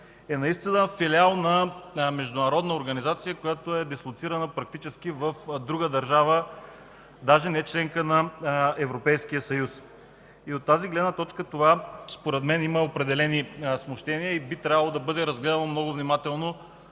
е един филиал на международна организация, която практически е дислоцирана в друга държава, даже не членка на Европейския съюз. От тази гледна точка това според мен има определени смущения и би трябвало да бъде разгледано много внимателно